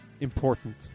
important